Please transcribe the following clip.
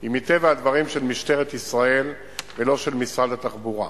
היא מטבע הדברים של משטרת ישראל ולא של משרד התחבורה.